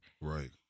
Right